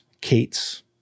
Kate's